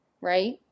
right